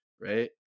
right